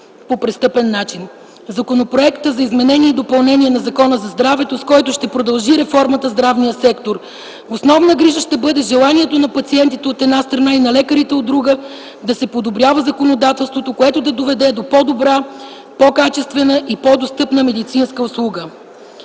по престъпен начин; – Законопроектът за изменение и допълнение на Закона за здравето, с който ще продължи реформата в здравния сектор. Основна грижа ще бъде желанието на пациентите, от една страна, и на лекарите, от друга, да се подобрява законодателството, което да доведе до по-добра, по-качествена и по-достъпна медицинска услуга.